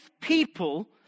people